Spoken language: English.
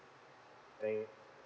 thank